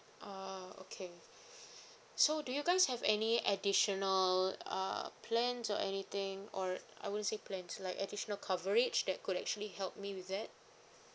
oh okay so do you guys have any additional uh plans or anything or I would say plans like additional coverage that could actually help me with that